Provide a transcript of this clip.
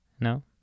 No